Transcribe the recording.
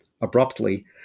abruptly